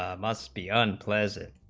ah must be unpleasant